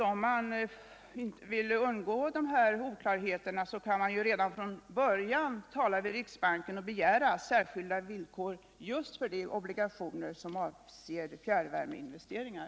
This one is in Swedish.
Om man vill undgå dessa oklarheter kan man ju redan från början tala med riksbanken och begära särskilda villkor just för de obligationer som avser fjärrvärmeinvesteringar.